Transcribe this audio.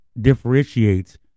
differentiates